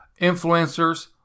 influencers